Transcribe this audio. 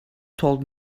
told